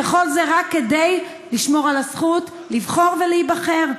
וכל זה רק כדי לשמור על הזכות לבחור ולהיבחר.